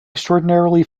extraordinarily